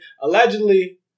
allegedly